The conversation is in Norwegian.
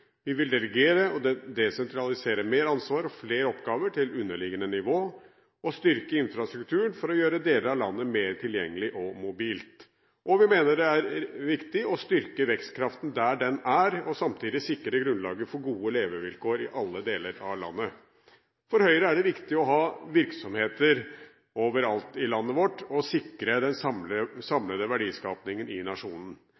Vi vil delegere og desentralisere mer ansvar og flere oppgaver til underliggende nivå og styrke infrastrukturen for å gjøre deler av landet mer tilgjengelig og mobilt. Og vi mener det er viktig å styrke vekstkraften der den er, og samtidig sikre grunnlaget for gode levevilkår i alle deler av landet. For Høyre er det viktig å ha virksomheter overalt i landet vårt og sikre den